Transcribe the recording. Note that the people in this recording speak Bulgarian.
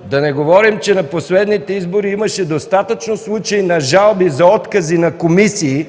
Да не говорим, че на последните избори имаше достатъчно случаи на жалби за откази на комисии